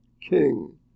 king